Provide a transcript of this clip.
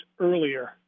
earlier